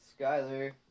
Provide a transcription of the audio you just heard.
Skyler